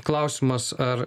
klausimas ar